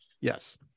yes